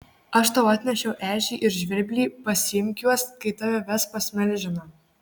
aš tau atnešiau ežį ir žvirblį pasiimk juos kai tave ves pas milžiną